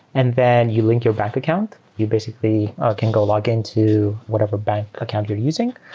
and then you link your bank account. you basically can go log in to whatever bank account you're using.